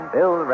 Bill